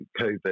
covid